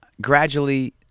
Gradually